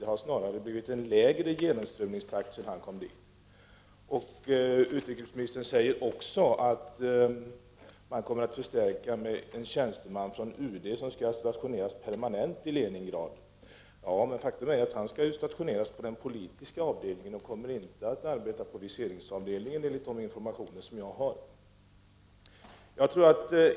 Det har snarare blivit en lägre genomströmningstakt efter det att han kom dit. Utrikesministern säger också att man kommer att förstärka generalkonsulatet med en tjänsteman från UD, som skall stationeras permanent i Leningrad. Ja, men faktum är att denne, enligt de informationer som jag har, skall stationeras på den politiska avdelningen och inte kommer att arbeta på viseringsavdelningen.